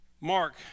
Mark